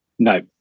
No